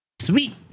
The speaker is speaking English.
Sweet